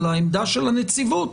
על העמדה שלש הנציבות,